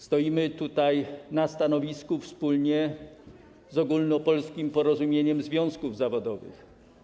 Stoimy tutaj na stanowisku wspólnie z Ogólnopolskim Porozumieniem Związków Zawodowych.